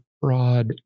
broad